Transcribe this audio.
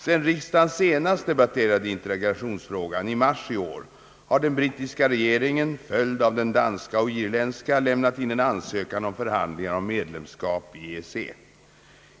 Sedan riksdagen senast debatterade integrationsfrågan — i mars i år — har den brittiska regeringen, följd av den danska och irländska, lämnat in en ansökan om förhandlingar om medlemsskap i EEC.